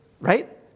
right